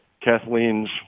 Kathleen's